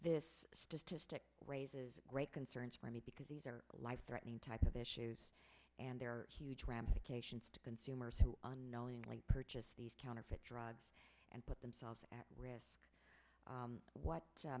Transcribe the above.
this statistic raises great concerns for me because these are life threatening type of issues and they're huge ramifications to consumers who knowingly purchased these counterfeit drugs and put themselves what